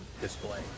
display